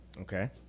Okay